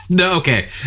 Okay